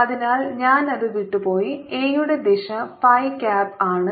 അതിനാൽ ഞാൻ അത് വിട്ടു പോയി എ യുടെ ദിശ ഫൈ ക്യാപ്പ് ആണ്